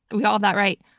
we all have that right.